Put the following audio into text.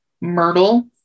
myrtle